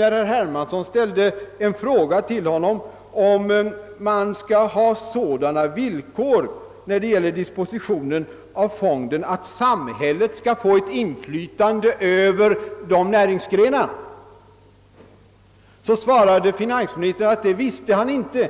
När herr Hermansson frågade honom om man skall ha sådana villkor beträffande dispositionen av fonden, att samhället skulle få ett inflytande över produktionen, svarade finansministern, att det visste han inte,